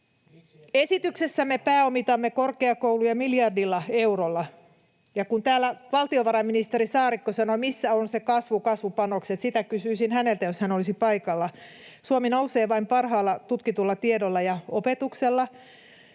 Esityksessämme pääomitamme korkeakouluja miljardilla eurolla — ja kun täällä valtiovarainministeri Saarikko kysyi, missä ovat kasvupanokset, niin sitä kysyisin häneltä, jos hän olisi paikalla. Suomi nousee vain parhaalla tutkitulla tiedolla ja opetuksella.